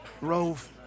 Rove